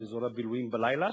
באזור הבילויים בלילה,